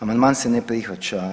Amandman se ne prihvaća.